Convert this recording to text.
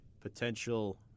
Potential